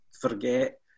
forget